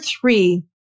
three